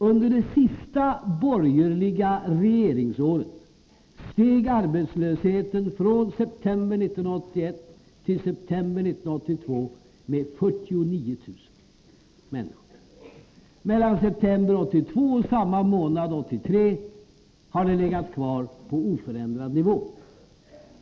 Under det sista borgerliga regeringsåret steg arbetslösheten, från september 1981 till september 1982, med 49 000 människor. Mellan september 1982 och samma månad 1983 har den legat kvar på oförändrad nivå.